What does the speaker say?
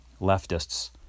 leftists